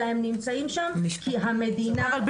אלא הם נמצאים שם כי המדינה --- שמה אותם